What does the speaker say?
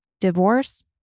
divorce